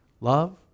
Love